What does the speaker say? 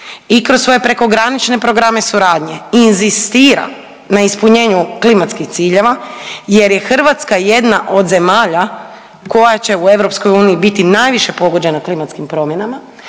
i kroz svoje prekogranične programe suradnje inzistira na ispunjenju klimatskih ciljeva jer je Hrvatska jedna od zemalja koja će u EU biti najviše pogođena klimatskim promjenama,